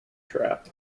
trap